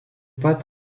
pat